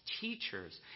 teachers